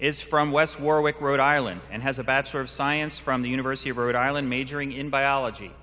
west warwick rhode island and has a bachelor of science from the university of rhode island majoring in biology